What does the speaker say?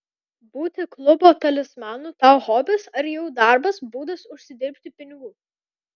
būti klubo talismanu tau hobis ar jau darbas būdas užsidirbti pinigų